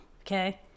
Okay